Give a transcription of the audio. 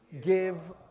give